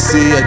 See